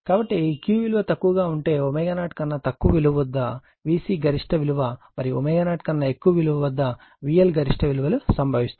కాబట్టి Q విలువ తక్కువగా ఉంటే ω0 కన్నా తక్కువ విలువ వద్ద VC గరిష్ట విలువ మరియు ω0 కన్నా ఎక్కువ విలువ వద్ద VL గరిష్ట విలువలు సంభవిస్తాయి